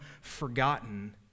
forgotten